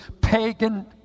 pagan